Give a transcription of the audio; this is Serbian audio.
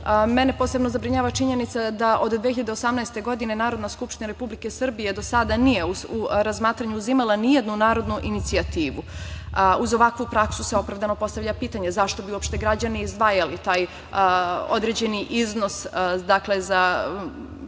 dana. Mene posebno zabrinjava činjenica da od 2018. godine Narodna skupština Republike Srbije nije do sada u razmatranje uzimala ni jednu narodnu inicijativu. Uz ovakvu praksu se opravdano postavlja pitanje, zašto bi uopšte građani izdvajali taj određeni iznos za